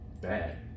bad